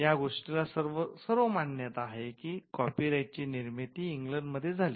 या गोष्टीला सर्व मान्यता आहे की कॉपी राईट ची निर्मिती इंग्लंड मध्ये झाली